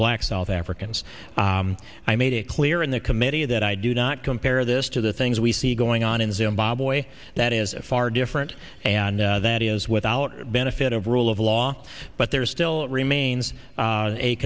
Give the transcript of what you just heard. black south africans i made it clear in the committee that i do not compare this to the things we see going on in zimbabwe that is far different and that is without benefit of rule of law but there still remains